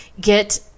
get